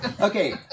Okay